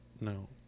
no